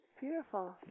Beautiful